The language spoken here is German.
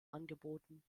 angeboten